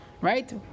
right